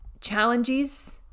challenges